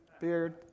beard